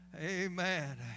Amen